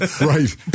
Right